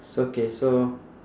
so K so